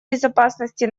безопасности